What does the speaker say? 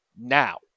now